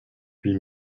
huit